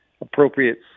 Appropriate